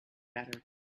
better